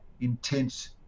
intense